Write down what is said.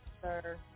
sir